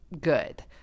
good